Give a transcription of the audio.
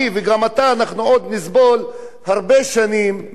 אנחנו עוד נסבול הרבה שנים מהגזענות הזו.